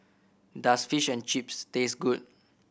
does Fish and Chips taste good